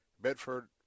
Bedford